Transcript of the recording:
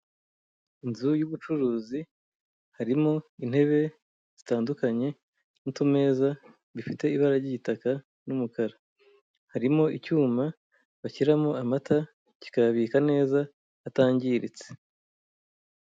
Inzu y'ubucuruzi harimo intebe zitandukanye n'utumeza bifite ibara ry'igitaka n'umukara, harimo icyuma bashyiramo amata kikabika neza atangiritse.